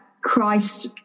christ